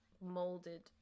molded